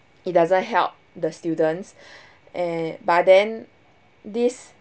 it doesn't help the students and but then this